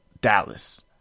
Dallas